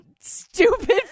stupid